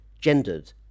gendered